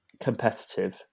competitive